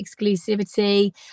exclusivity